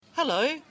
Hello